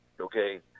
Okay